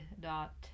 dot